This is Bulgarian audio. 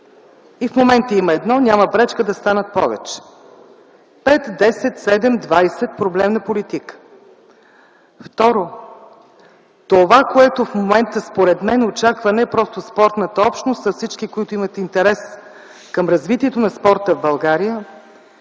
И в момента има едно – няма пречка да станат повече. Пет, десет, седем, двадесет – проблем на политика. Второ, това, което в момента според мен очаква не просто спортната общност, а всички, които имат интерес към развитието на спорта в България,